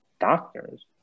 doctors